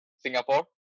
Singapore